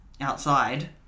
outside